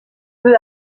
peu